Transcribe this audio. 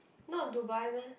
not Dubai meh